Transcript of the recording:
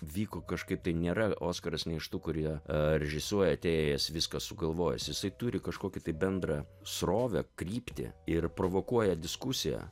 vyko kažkaip tai nėra oskaras ne iš tų kurie režisuoja atėjęs viską sugalvojęs jisai turi kažkokį tai bendrą srovę kryptį ir provokuoja diskusiją